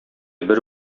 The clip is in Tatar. бер